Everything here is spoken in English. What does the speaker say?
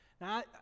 Now